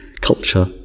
culture